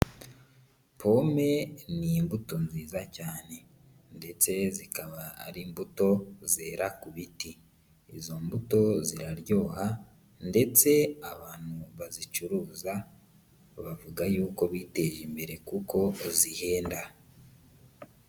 Pome ni imbuto nziza cyane ndetse zikaba ari imbuto zera ku biti. Izo mbuto ziraryoha ndetse abantu bazicuruza, bavuga y'uko biteje imbere kuko zihenda.